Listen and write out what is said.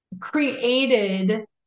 created